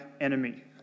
enemy